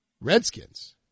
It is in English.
Redskins